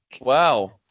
Wow